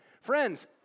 Friends